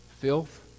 filth